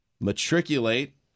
matriculate